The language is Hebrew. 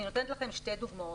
אני נותנת לכם שתי דוגמאות.